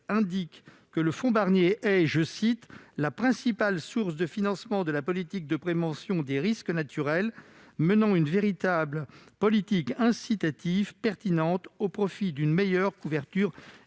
indiquait que le fonds Barnier était « la principale source de financement de la politique de prévention des risques naturels, menant une véritable politique incitative pertinente au profit d'une meilleure couverture des